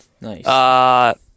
Nice